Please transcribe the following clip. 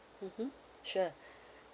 mmhmm sure